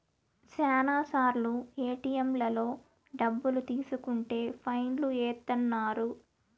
శ్యానా సార్లు ఏటిఎంలలో డబ్బులు తీసుకుంటే ఫైన్ లు ఏత్తన్నారు